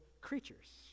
creatures